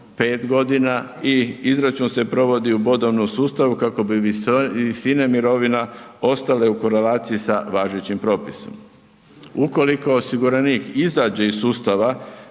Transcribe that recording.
5 godina i izračun se provodi u bodovnom sustavu kako bi visine mirovina ostale u korelaciji sa važećim propisima. Ukoliko osiguranik izađe iz sustava